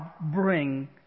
bring